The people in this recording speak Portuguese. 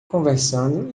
conversando